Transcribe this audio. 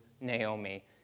Naomi